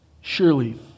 surely